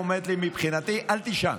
היא אומרת לי: מבחינתי אל תישן.